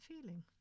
feeling